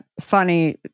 funny